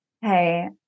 Hey